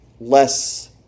less